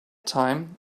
time